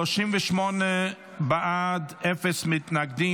כל מה שאמרת לא מדויק,